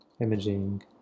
imaging